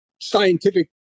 scientific